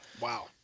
wow